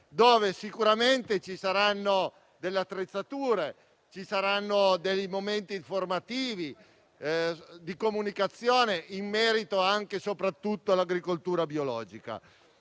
dove sicuramente ci saranno delle attrezzature, ci saranno dei momenti informativi e di comunicazione in merito soprattutto all'agricoltura biologica.